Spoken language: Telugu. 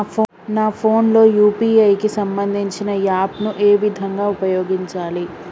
నా ఫోన్ లో యూ.పీ.ఐ కి సంబందించిన యాప్ ను ఏ విధంగా ఉపయోగించాలి?